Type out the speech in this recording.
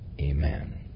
Amen